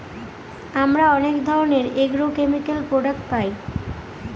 আমরা অনেক ধরনের এগ্রোকেমিকাল প্রডাক্ট পায়